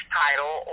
title